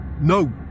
no